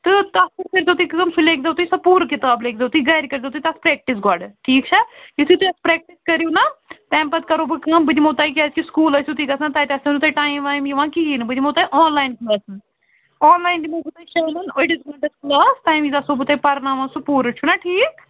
تہٕ تتھ پٮ۪ٹھ کٔرۍزیٚو تُہۍ کٲم تُہۍ لٮ۪کھۍزیٚو سۅ پوٗرٕ کِتاب لٮ۪کھۍزیٚو تُہۍ گرِ کٔرۍزیٚو تُہۍ پرٛٮ۪کٹِس گۄڈٕ ٹھیٖکھ چھا یُتھے تُہۍ اتھ پرٛٮ۪کٹِس کٔرِو نا تَمہِ پتہٕ کٔرو بہٕ کٲم بہٕ دِمہو تۄہہِ کیٚازِ کہِ سکول ٲسِو تُہۍ گژھان تتہِ آسوٕ نہٕ تۄہہِ ٹایِم وایِم یِوان کہیٖنٛۍ نہٕ بہٕ دِمہو تۄہہِ online classes online دِمہو بہٕ تۄہہِ شامن أڈِس گٲنٛٹس کٕلاس تَمہِ وِز آسو بہٕ تۄہہِ پرٕناوان سُہ پوٗرٕ چھُ نا ٹھیٖک